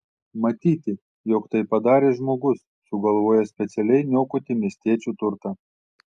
matyti jog tai padarė žmogus sugalvojęs specialiai niokoti miestiečių turtą